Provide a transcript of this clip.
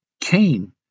Cain